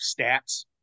stats